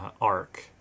arc